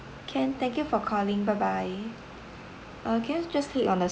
can thank you for calling bye bye uh you just wait on the